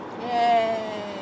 Yay